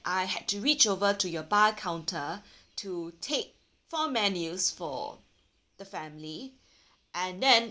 I had to reach over to your bar counter to take four menus for the family and then